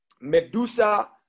Medusa